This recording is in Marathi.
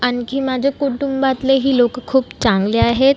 आणखी माझ्या कुटुंबातलेही लोक खूप चांगले आहेत